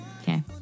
Okay